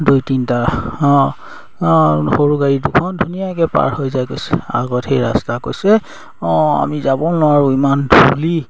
দুই তিনটা অঁ অঁ সৰু গাড়ী দুখন ধুনীয়াকে পাৰ হৈ যায় কৈছে আগত সেই ৰাস্তা কৈছে অঁ আমি যাব নোৱাৰোঁ ইমান ধূলি